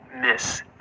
miss